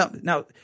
Now